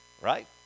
right